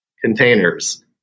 containers